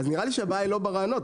נראה לי שהבעיה היא לא ברעיונות,